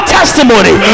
testimony